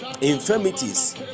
infirmities